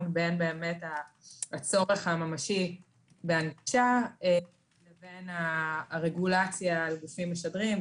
בין הצורך הממשי בהנגשה לבין הרגולציה על גופים משדרים,